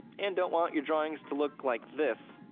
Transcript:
and don't want your drawings to look like this,